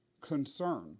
concern